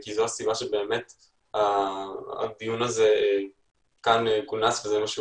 כי זו הסיבה שהדיון הזה כונס וזה מה שהוא